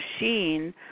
machine